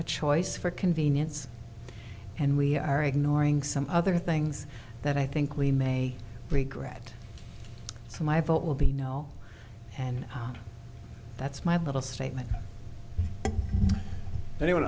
a choice for convenience and we are ignoring some other things that i think we may regret so my vote will be now and that's my little statement anyone